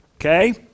okay